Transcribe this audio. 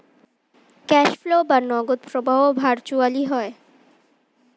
cash flow বা নগদ প্রবাহ ভার্চুয়ালি হয়